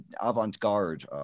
avant-garde